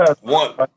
one